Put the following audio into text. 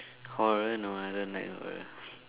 horror no I don't like horror